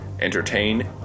entertain